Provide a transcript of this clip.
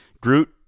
Groot